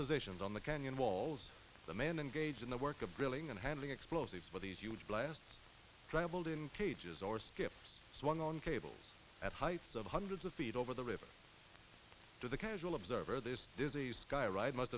positions on the canyon walls the man and gage in the work of drilling and handling explosives were these huge blast traveled in cages or skip swung on cable at heights of hundreds of feet over the river to the casual observer this disease skyride must